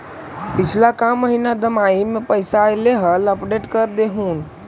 पिछला का महिना दमाहि में पैसा ऐले हाल अपडेट कर देहुन?